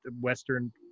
Western